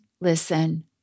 listen